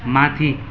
माथि